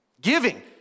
giving